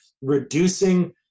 reducing